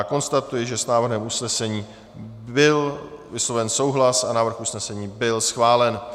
Konstatuji, že s návrhem usnesení byl vysloven souhlas a návrh usnesení byl schválen.